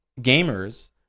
gamers